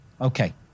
okay